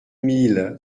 mille